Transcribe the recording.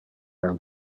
del